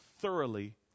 thoroughly